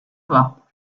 pas